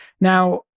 Now